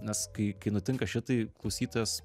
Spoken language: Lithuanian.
nes kai kai nutinka šitai klausytojas